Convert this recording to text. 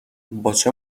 باچه